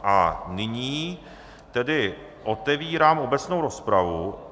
A nyní tedy otevírám obecnou rozpravu.